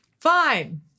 Fine